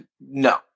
No